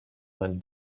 vingt